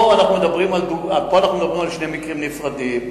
פה אנחנו מדברים על שני מקרים נפרדים.